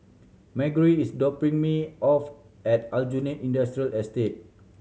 Margery is dropping me off at Aljunied Industrial Estate